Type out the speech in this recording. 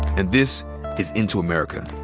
and this is into america.